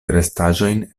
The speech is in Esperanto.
restaĵojn